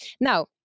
Now